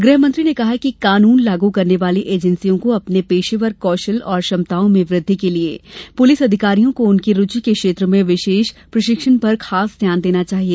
गृहमंत्री ने कहा कि कानून लागू करने वाली एजेंसियों को अपने पेशेवर कौशल और क्षमताओं में वृद्धि के लिए पुलिस अधिकारियों को उनकी रुचि के क्षेत्र में विशेष प्रशिक्षण पर खास ध्यान देना चाहिए